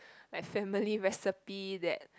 like family recipe that